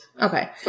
okay